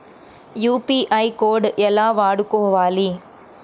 UPI code ఎలా వాడుకోవాలి?